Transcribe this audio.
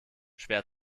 schwer